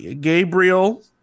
Gabriel